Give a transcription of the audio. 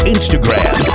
Instagram